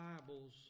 Bibles